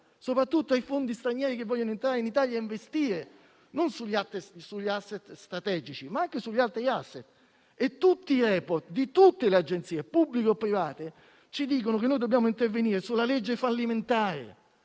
soprattutto ai fondi stranieri che vogliono entrare in Italia a investire e non solo sugli *asset* strategici, ma anche sugli altri. Tutti i *report* delle agenzie, pubbliche e private, dicono che noi dobbiamo intervenire sulla legge fallimentare.